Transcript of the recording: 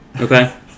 Okay